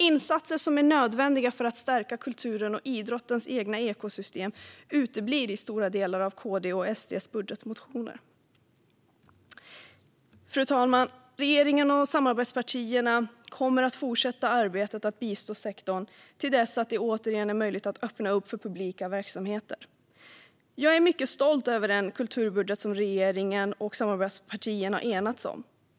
Insatser som är nödvändiga för att stärka kulturens och idrottens egna ekosystem uteblir till stora delar i Sverigedemokraterna:s och Sverigedemokraterna:s budgetmotioner. Fru talman! Regeringen och samarbetspartierna kommer att fortsätta arbetet med att bistå sektorn till dess att det återigen är möjligt att öppna för publika verksamheter. Jag är mycket stolt över den kulturbudget som regeringen och samarbetspartierna enats om.